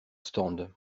stand